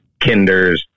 kinders